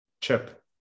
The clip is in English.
chip